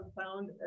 found